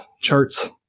charts